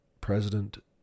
President